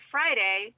Friday